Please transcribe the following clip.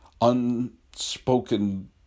unspoken